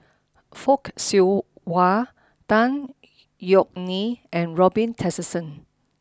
Fock Siew Wah Tan Yeok Nee and Robin Tessensohn